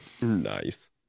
Nice